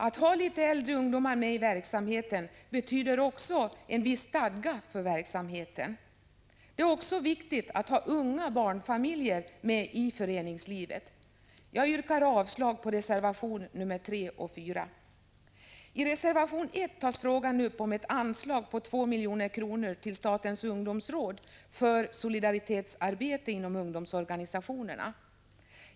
Att ha litet äldre ungdomar med i verksamheten betyder också en viss stadga för verksamheten. Det är också viktigt att ha unga barnfamiljer med i föreningslivet. Jag yrkar avslag på reservationerna 3 och 4. I reservation 1 tas frågan upp om ett anslag på 2 milj.kr. till statens ungdomsråd för solidaritetsarbete inom ungdomsorganisationerna.